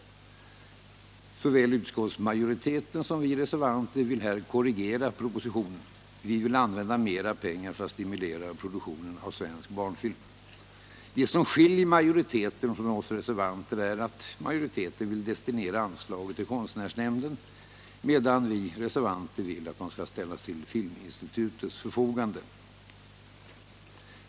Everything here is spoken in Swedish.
Såväl utskottsmajoriteten som vi reservanter vill här korrigera propositionen. Vi vill använda mer pengar för att stimulera produktionen av svensk barnfilm. Det som skiljer majoriteten från oss reservanter är att majoriteten vill destinera anslaget till konstnärsnämnden, medan vi reservanter vill att det skall ställas till Filminstitutets förfogande.